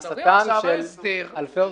על הכנסתם של אלפי עובדים.